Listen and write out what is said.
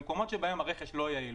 במקומות שבהם הרכש לא יעיל,